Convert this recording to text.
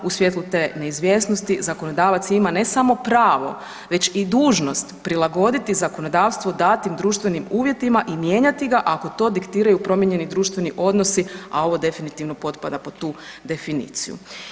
U svjetlu te neizvjesnosti zakonodavac ima ne samo pravo već i dužnost prilagoditi zakonodavstvo datim društvenim uvjetima i mijenjati ga ako to diktiraju promijenjeni društveni odnosi, a ovo definitivno potpada pod tu definiciju.